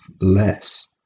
less